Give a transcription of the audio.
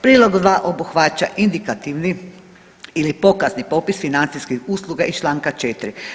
Prilog 2 obuhvaća indikativni ili pokazni popis financijskih usluga iz čl. 4.